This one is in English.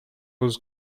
was